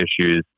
issues